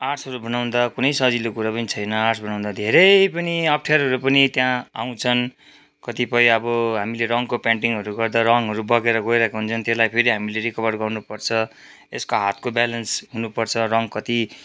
आर्ट्सहरू बनाउँदा कुनै सजिलो कुरो पनि छैन आर्ट्स बनाउँदा धेरै पनि अपठ्यारोहरू पनि त्यहाँ आउँछन् कतिपय अब हामीले रङ्गको पेन्टिङहरू गर्दा रङ्गहरू बगेर गइरहेको हुन्छन् त्यसलाई फेरि हामीले रिकभर गर्नु पर्छ त्यसको हातको ब्यालेन्स हुनु पर्छ रङ्ग कति